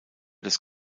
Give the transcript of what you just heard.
des